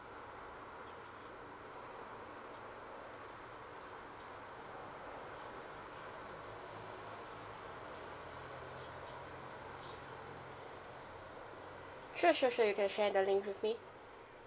sure sure sure you can share the link with me